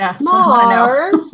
Mars